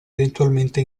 eventualmente